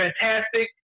fantastic